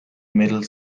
middle